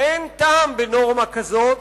אין טעם בנורמה כזאת.